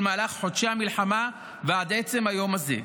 מהלך חודשי המלחמה ועד עצם היום הזה,